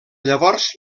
llavors